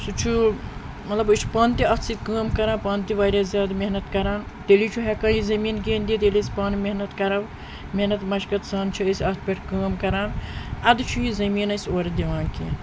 سُہ چھُ مطلب أسۍ چھِ پانہٕ تہِ اَتھ سۭتۍ کٲم کَران پانہٕ تہِ واریاہ زیادٕ محنت کَران تیٚلے چھُ ہیٚکان یہِ زٔمیٖن کیٚنٛہہ دِتھ ییٚلہِ أسۍ پانہٕ محنت کَرو محنت مَشقت سان چھِ أسۍ اَتھ پٮ۪ٹھ کٲم کَران اَدٕ چھُ یہِ زٔمیٖن اسہِ اورٕ دِوان کیٚنٛہہ